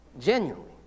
Genuinely